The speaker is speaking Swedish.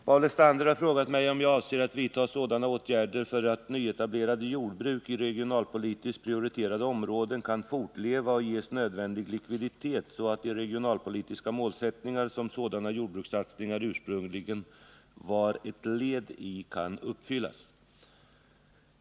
Herr talman! Paul Lestander har frågat mig om jag avser att vidta sådana åtgärder att nyetablerade jordbruk i regionalpolitiskt prioriterade områden kan fortleva och ges nödvändig likviditet så att de regionalpolitiska målsättningar, som sådana jordbrukssatsningar ursprungligen var ett led i, kan uppfyllas.